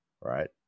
right